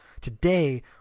today